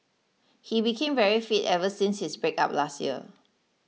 he became very fit ever since his breakup last year